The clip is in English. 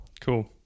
Cool